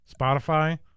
Spotify